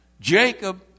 Jacob